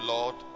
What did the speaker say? Lord